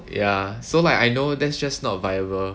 ya so like I know that's just not viable